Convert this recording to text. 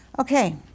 Okay